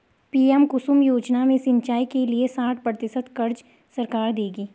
PM Kusum योजना में सिंचाई के लिए साठ प्रतिशत क़र्ज़ सरकार देगी